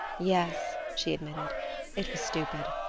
yes, she admitted it was stupid.